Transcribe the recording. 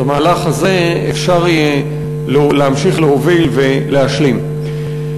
את המהלך הזה אפשר יהיה להמשיך להוביל ולהשלים.